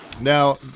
Now